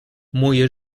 moje